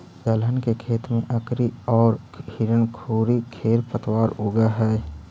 दलहन के खेत में अकरी औउर हिरणखूरी खेर पतवार उगऽ हई